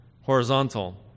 horizontal